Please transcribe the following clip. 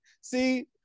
See